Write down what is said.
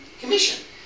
commission